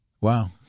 Wow